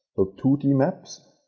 ah two d maps,